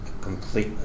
complete